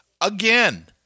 again